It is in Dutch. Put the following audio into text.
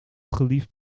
geliefd